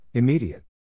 Immediate